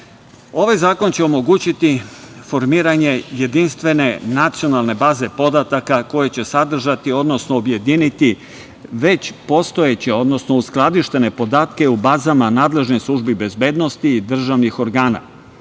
zakon će omogućiti formiranje jedinstvene nacionalne baze podataka koje će sadržati, odnosno objediniti već postojeće, odnosno uskladištene podatke u bazama nadležnih službi bezbednosti i državnih organa,